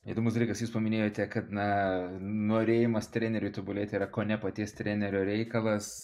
įdomus dalykas jūs paminėjote kad na norėjimas treneriui tobulėti yra kone paties trenerio reikalas